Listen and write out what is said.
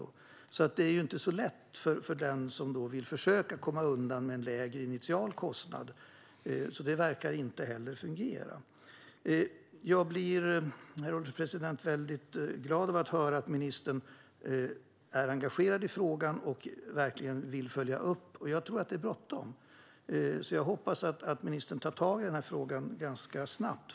Det är alltså inte så lätt för den som vill försöka komma undan med en lägre initial kostnad. Det verkar inte heller fungera. Jag blir mycket glad över att höra att ministern är engagerad i frågan och verkligen vill följa upp detta. Jag tror att det är bråttom. Därför hoppas jag att ministern tar tag i denna fråga ganska snabbt.